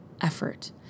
effort